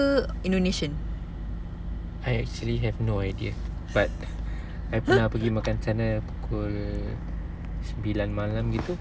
ke indonesian